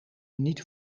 niet